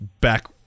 back